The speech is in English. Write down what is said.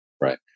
right